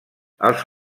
els